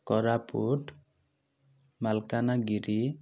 Koraput Malkangiri